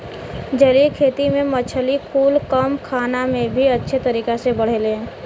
जलीय खेती में मछली कुल कम खाना में भी अच्छे तरीके से बढ़ेले